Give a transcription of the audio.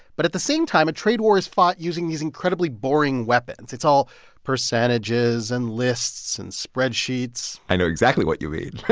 but at the same time, a trade war is fought using these incredibly boring weapons. it's all percentages and lists and spreadsheets i know exactly what you mean.